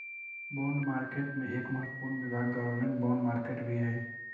bond market के एक महत्वपूर्ण विभाग गवर्नमेंट बॉन्ड मार्केट भी हइ